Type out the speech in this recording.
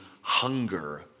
hunger